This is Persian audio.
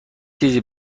چیزی